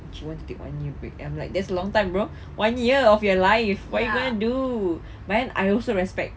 she want to take one year break then I'm like that's a long time bro one year of your life what you gonna do but then I also respect